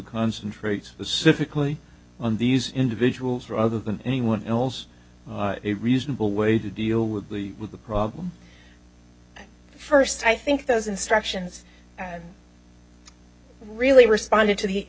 concentrate specifically on these individuals rather than anyone else a reasonable way to deal with the with the problem first i think those instructions really responded to the